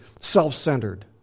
self-centered